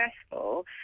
successful